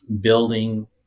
building